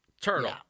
Turtle